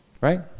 Right